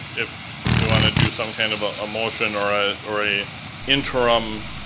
if we want to do some kind of ah a motion or ah or a interim,